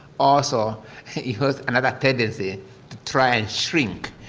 also use another tendency to try and shrink